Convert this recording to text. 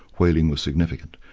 whaling was significant.